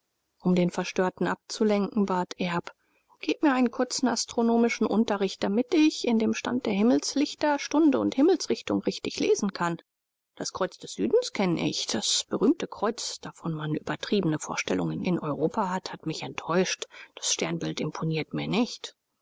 um den verstörten abzulenken bat erb gib mir einen kurzen astronomischen unterricht damit ich in dem stand der himmelslichter stunde und himmelsrichtung richtig lesen kann das kreuz des südens kenne ich das berühmte kreuz davon man übertriebene vorstellungen in europa hat hat mich enttäuscht das sternbild imponiert mir nicht